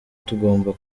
tugomba